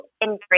embrace